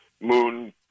moon